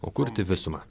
o kurti visumą